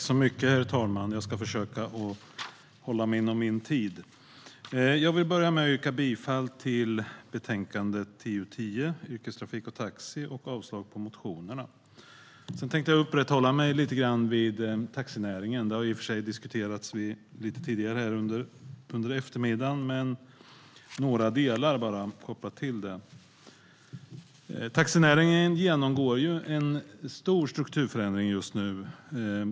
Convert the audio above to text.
Herr talman! Jag ska försöka hålla mig inom min talartid. Jag yrkar bifall till förslaget i betänkande TU10 Yrkestrafik och taxi och avslag på motionerna. Jag tänker uppehålla mig vid taxinäringen. Den har i och för sig diskuterats här tidigare under eftermiddagen, men jag tänker ta upp några delar kopplade till den. Taxinäringen genomgår en stor strukturförändring just nu.